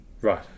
right